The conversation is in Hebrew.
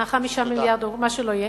מ-5 המיליארדים או מה שלא יהיה,